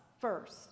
first